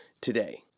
today